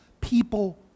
people